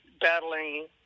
battling